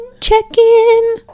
Check-in